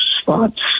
spots